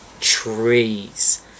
trees